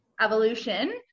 evolution